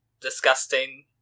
Disgusting